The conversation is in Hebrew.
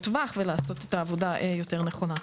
טווח ולעשות את העבודה יותר נכונה.